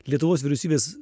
lietuvos vyriausybės